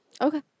Okay